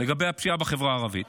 לגבי הפשיעה בחברה הערבית: